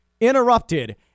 Interrupted